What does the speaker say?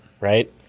Right